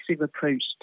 approach